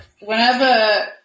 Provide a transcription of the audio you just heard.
Whenever